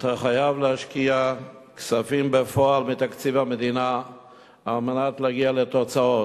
אתה חייב להשקיע כספים בפועל מתקציב המדינה כדי להגיע לתוצאות.